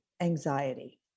anxiety